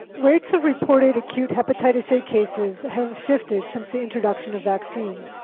rates of reported acute hepatitis a cases have shifted since the introduction of vaccine.